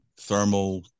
thermal